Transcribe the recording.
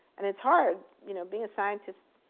and it's hard you know being a scientist.